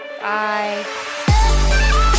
Bye